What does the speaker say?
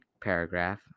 paragraph